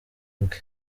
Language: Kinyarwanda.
bwe